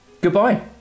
goodbye